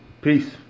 peace